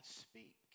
speak